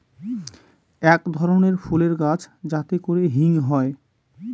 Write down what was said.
এক ধরনের ফুলের গাছ যাতে করে হিং হয়